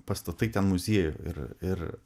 pastatai ten muziejų ir ir